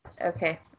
Okay